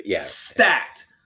stacked